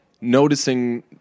noticing